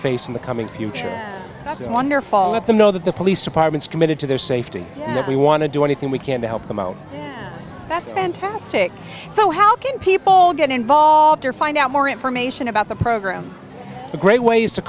face in the coming future is wonderful let them know that the police departments committed to their safety and that we want to do anything we can to help them out that's fantastic so how can people get involved or find out more information about the program a great ways to